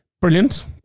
brilliant